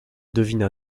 devina